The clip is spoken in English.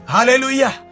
Hallelujah